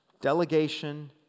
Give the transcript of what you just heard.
Delegation